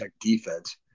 defense